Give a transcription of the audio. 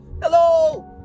Hello